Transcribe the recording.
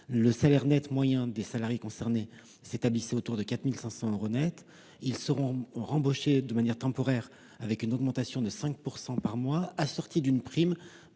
Le salaire moyen des salariés concernés s'établissait autour de 4 500 euros nets. Ils seront réembauchés de manière temporaire avec une augmentation de 5 % par mois, assortie d'une prime